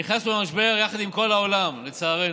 נכנסו למשבר יחד עם כל העולם, לצערנו.